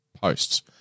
posts